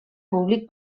públic